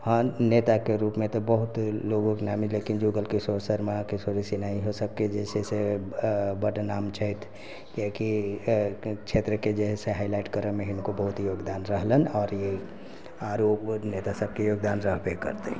नेता के रूप मे तऽ बहुत लोग के नाम लेकिन जुगलकिशोर शर्मा किशोरी शर्मा इहो सबके जे छै से बड्ड नाम छथि कियाकि क्षेत्र के जे है से हाईलाइट करऽ मे हिनको बहुत योगदान रहलनि आओर ई आरो नेता सबके योगदान रहबे करतै